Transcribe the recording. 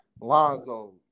Lonzo